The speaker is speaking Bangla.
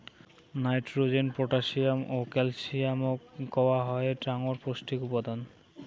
নাইট্রোজেন, পটাশিয়াম ও ক্যালসিয়ামক কওয়া হই ডাঙর পৌষ্টিক উপাদান